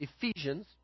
Ephesians